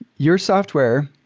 your software,